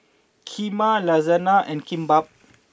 Kheema Lasagna and Kimbap